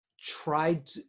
tried